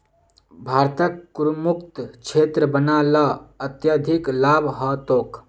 भारतक करमुक्त क्षेत्र बना ल अत्यधिक लाभ ह तोक